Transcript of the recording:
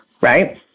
right